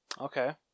Okay